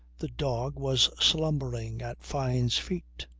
the dog was slumbering at fyne's feet.